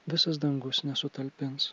visas dangus nesutalpins